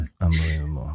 unbelievable